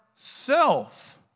Self